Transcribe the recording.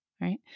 right